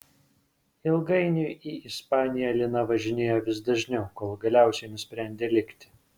ilgainiui į ispaniją lina važinėjo vis dažniau kol galiausiai nusprendė likti